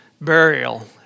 burial